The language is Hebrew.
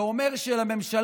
זה אומר שלממשלה,